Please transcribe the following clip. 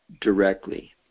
directly